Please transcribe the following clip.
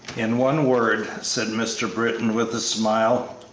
in one word, said mr. britton, with a smile.